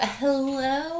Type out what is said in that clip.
hello